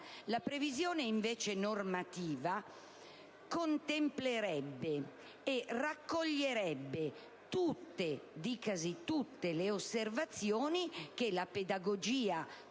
La previsione normativa invece contemplerebbe e raccoglierebbe tutte - dicasi tutte - le osservazioni che la pedagogia